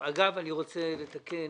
אגב, אני רוצה לתקן.